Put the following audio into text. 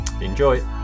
Enjoy